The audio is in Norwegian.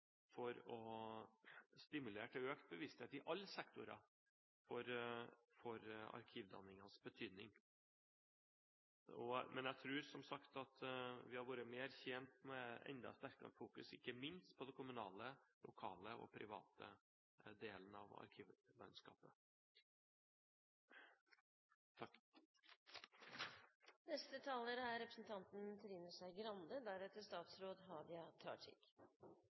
for å stimulere til økt bevissthet i alle sektorer for arkivdanningens betydning. Men jeg tror, som sagt, at vi hadde vært mer tjent med enda sterkere fokus, ikke minst på den kommunale, lokale og private delen av